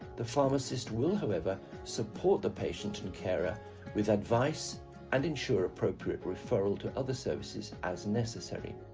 the pharmacist will however support the patient and carer with advice and ensure appropriate referral to other services as necessary.